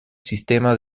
sistema